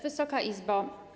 Wysoka Izbo!